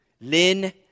Lynn